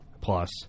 plus